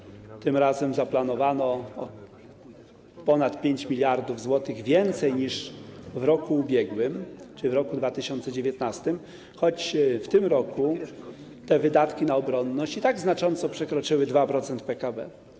Tym razem zaplanowano o ponad 5 mld zł więcej niż w roku ubiegłym, czyli w roku 2019, choć w tym roku wydatki na obronność i tak znacząco przekroczyły 2% PKB.